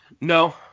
No